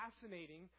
fascinating